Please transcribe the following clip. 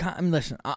Listen